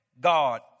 God